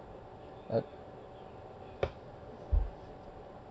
at